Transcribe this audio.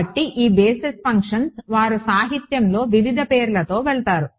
కాబట్టి ఈ basis functions వారు సాహిత్యంలో వివిధ పేర్లతో వెళతారు